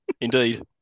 Indeed